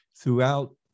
throughout